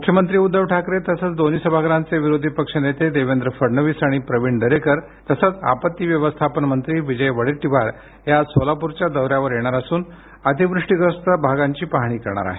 मुख्यमंत्री उध्दव ठाकरे तसेच दोन्ही सभागृहांचे विरोधी पक्षनेते देवेंद्र फडणवीस आणि प्रविण दरेकर तसंच आपत्ती व्यवस्थापन मंत्री विजय वड्डेटीवार हे आज सोलापूर दौर्यावर येणार असून अतिवृष्टीग्रस्त भागांची पाहणी करणार आहेत